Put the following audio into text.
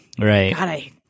Right